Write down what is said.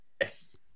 Yes